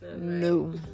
no